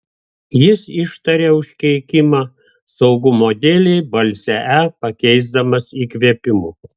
jis ištarė užkeikimą saugumo dėlei balsę e pakeisdamas įkvėpimu